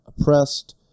oppressed